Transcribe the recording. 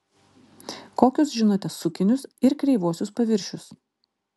kokius žinote sukinius ir kreivuosius paviršius